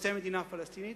רוצה מדינה פלסטינית,